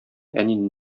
әнине